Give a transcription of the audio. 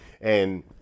And-